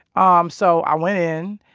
um so i went in.